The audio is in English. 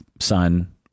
son